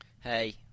Hey